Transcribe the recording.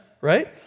right